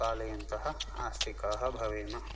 पालयन्तः आस्तिकाः भवेम